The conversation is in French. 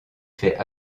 fait